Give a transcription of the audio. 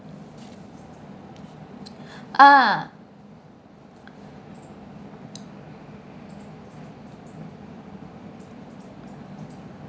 ah